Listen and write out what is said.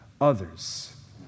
others